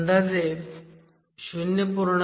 अंदाजे 0